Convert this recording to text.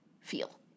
feel